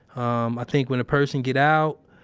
um, i think when a person get out,